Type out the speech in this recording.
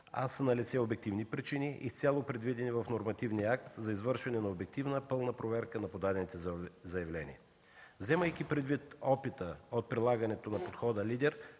а са налице обективни причини, изцяло предвидени в нормативния акт за извършване на обективна, пълна проверка на подадените заявления. Вземайки предвид опита от прилагането на подхода „Лидер”